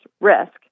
risk